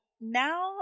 now